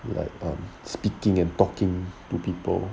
like um speaking and talking to people